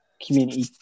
Community